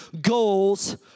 goals